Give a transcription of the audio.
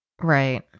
Right